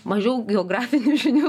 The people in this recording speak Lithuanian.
mažiau geografinių žinių